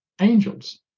Angels